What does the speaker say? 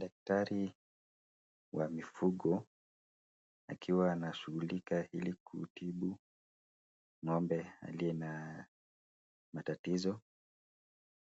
Daktari wa mifugo akiwa anashughulika ili kutibu ngombe aliye na tatizo,